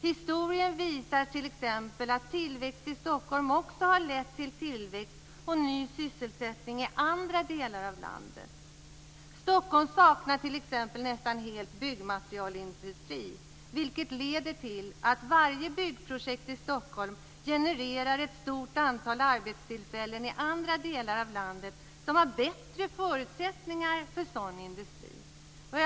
Historien visar t.ex. att tillväxt i Stockholm också har lett till tillväxt och ny sysselsättning i andra delar av landet. Stockholm saknar t.ex. nästan helt byggmaterialindustrier, vilket leder till att varje byggprojekt i Stockholm genererar ett stort antal arbetstillfällen i andra delar av landet som har bättre förutsättningar för sådan industri.